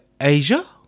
Asia